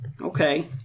Okay